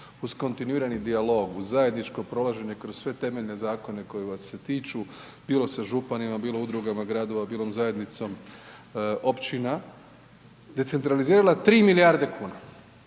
uz kontinuirani dijalog, uz zajedničko prolaženje kroz sve temeljene zakone kojih vas se tiču bilo sa županima, bilo udrugama gradova, bilo zajednicom općina decentralizirala 3 milijarde kune,